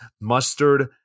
mustard